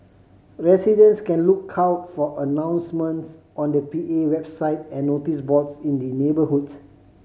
residents can look out for announcements on the P A website and notice boards in the neighbourhood